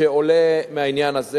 שעולה מהעניין הזה.